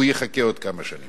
הוא יחכה עוד כמה שנים.